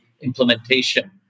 implementation